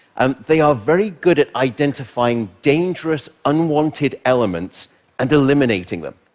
um they are very good at identifying dangerous, unwanted elements and eliminating them.